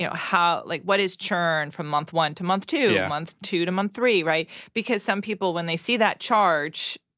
know, like, what is churn from month one to month two? month two to month three right? because some people, when they see that charge,